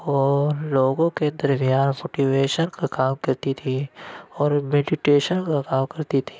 وہ لوگوں کے درمیان موٹیویشن کا کام کرتی تھی اور میڈیٹیشن کا کام کرتی تھی